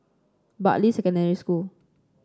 Bartley Secondary School